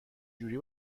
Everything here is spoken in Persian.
جوری